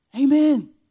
Amen